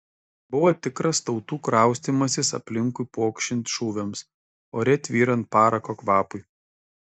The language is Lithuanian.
buvo tikras tautų kraustymasis aplinkui pokšint šūviams ore tvyrant parako kvapui